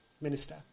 minister